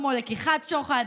כמו לקיחת שוחד,